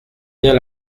bien